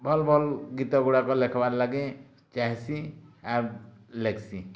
ଭଲ ଭଲ ଗୀତ ଗୁଡ଼ାକ ଲେଖବାର ଲାଗି ଚାହେଁସି ଆବ ଲେଖସି